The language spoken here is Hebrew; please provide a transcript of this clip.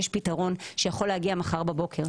יש פתרון שיכול להגיע מחר בבוקר.